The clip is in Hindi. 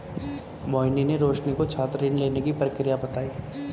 मोहिनी ने रोशनी को छात्र ऋण लेने की प्रक्रिया बताई